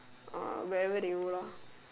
uh wherever they go lor